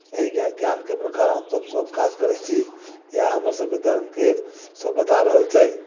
एही ज्ञान ध्यानके प्रकार हमसभ सभकाज करै छी इएह हमरसभके धर्मके से बता रहल छै